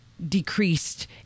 decreased